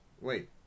wait